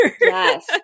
Yes